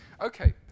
Okay